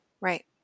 Right